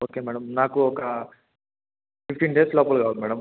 okay madam నాకు ఒక fifteen days లోపల కావాలి మేడం